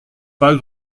pas